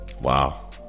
Wow